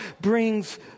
brings